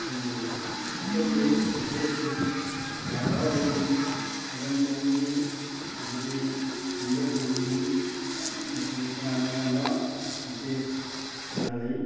ꯑꯩꯈꯣꯏꯒꯤ ꯃꯈꯣꯏꯒꯤ ꯗ꯭ꯔꯦꯁꯁꯤꯡ ꯂꯥꯏ ꯍꯔꯥꯎꯕꯒꯤ ꯊꯥꯕꯜ ꯆꯣꯡꯕꯒꯤ ꯑꯗꯒꯤ ꯈꯝꯕ ꯊꯣꯏꯕꯤꯒꯤ ꯃꯈꯣꯏꯒꯤ ꯇꯣꯉꯥꯟ ꯇꯣꯉꯥꯟꯕ ꯗ꯭ꯔꯦꯁ ꯀꯌꯥ ꯂꯩ